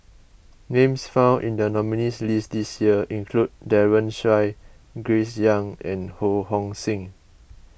names found in the nominees' list this year include Daren Shiau Grace Young and Ho Hong Sing